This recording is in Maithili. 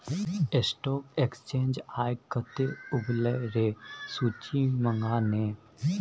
स्टॉक एक्सचेंज आय कते उगलै रै सूची मंगा ने